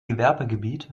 gewerbegebiet